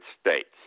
States